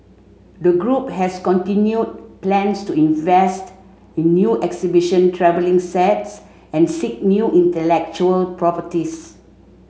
the group has continued plans to invest in new exhibition travelling sets and seek new intellectual properties